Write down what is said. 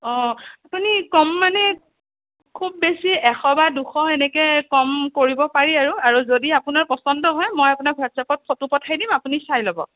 অঁ আপুনি কম মানে খুব বেছি এশ বা দুশ সেনেকৈ কম কৰিব পাৰি আৰু আৰু যদি আপোনাৰ পচন্দ হয় মই আপোনাক হোৱাটচ আপত ফটো পঠাই দিম আপুনি চাই ল'ব